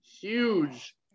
Huge